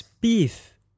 beef